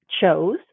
chose